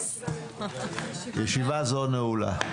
הישיבה הזאת נעולה.